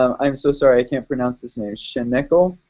um i'm so sorry, i can't pronounce this name. sheneckle,